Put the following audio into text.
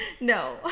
No